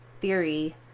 theory